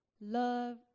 Love